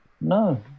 No